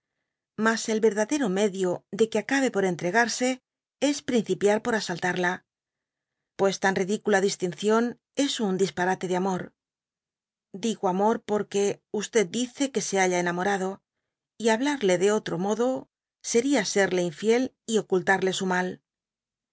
mas el verdadero medio de que acabe por entregarse es principiar por asaltarla pues tan ridicula distinción es un disparate de amor digo amor porque dice que se halla enamorado y hablarle de otro modo seria serle infiel y ocultarle su mal